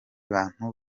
bantu